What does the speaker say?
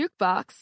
Jukebox